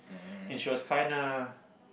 and she was kinda